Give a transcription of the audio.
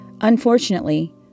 Unfortunately